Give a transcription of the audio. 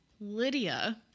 Lydia